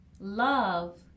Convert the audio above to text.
love